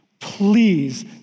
Please